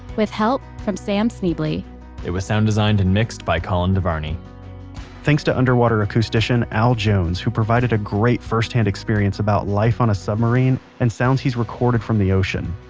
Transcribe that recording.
with help from sam schneble. it was sound designed and mixed by colin devarney thanks to underwater acoustician, al jones, who provided a great first hand experience about life on a submarine and sounds he's recorded from the ocean.